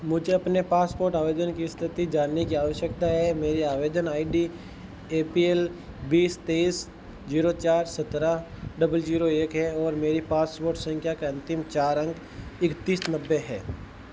मुझे अपने पासपोर्ट आवेदन की स्थिति जानने की आवश्यकता है मेरी आवेदन I D A P L बीस तेईस जीरो चार सत्रह डबल जीरो एक है और मेरी पासपोर्ट संख्या के अंतिम चार अंक इकतीस नब्बे हैं